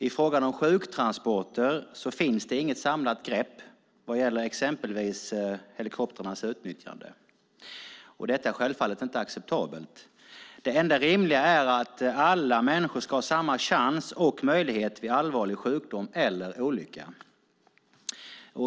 I fråga om sjuktransporter finns det inget samlat grepp vad gäller exempelvis helikoptrarnas utnyttjande. Detta är självfallet inte acceptabelt. Det enda rimliga är att alla människor ska ha samma chans och möjligheter vid allvarlig sjukdom eller olycka.